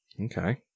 Okay